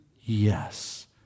yes